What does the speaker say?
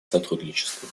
сотрудничеству